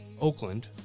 Oakland